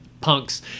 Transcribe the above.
punks